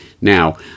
now